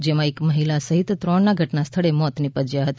જેમાં એક મહિલા સહિત ત્રણના ઘટના સ્થળે મોત નિપજ્યા હતા